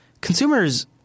Consumers